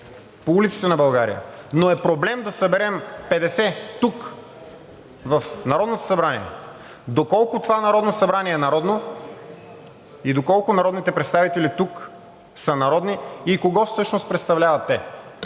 по улиците на България, но е проблем да съберем 50 тук, в Народното събрание, доколко това Народно събрание е народно и доколко народните представители тук са народни и кого всъщност представляват те